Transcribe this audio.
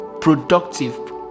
productive